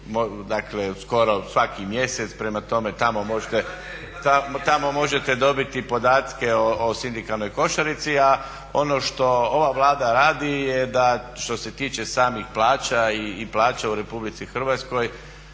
košaricu skoro svaki mjesec, prema tome tamo možete dobiti podatke o sindikalnoj košarici. Ono što ova Vlada radi je da što se tiče samih plaća i plaća u RH zajedno